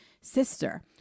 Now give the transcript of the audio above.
sister